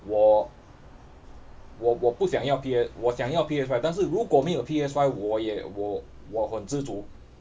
我我我不想要 P_S 我想要 P_S five 但是如果没有 P_S five 我也我我很知足